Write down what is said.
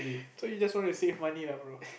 so you just want to save money lah bro